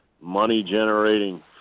money-generating